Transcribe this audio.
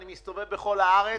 אני מסתובב בכל הארץ.